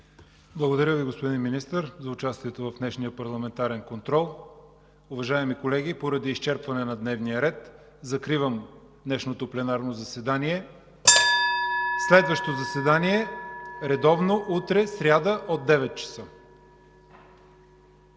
Благодаря Ви, господин Министър, за участието в днешния парламентарен контрол. Уважаеми колеги, поради изчерпване на дневния ред закривам днешното пленарно заседание. (Звъни.) Следващо редовно заседание – утре,